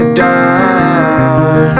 down